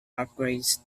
upgrades